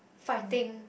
fighting